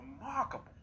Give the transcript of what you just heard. remarkable